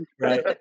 right